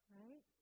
right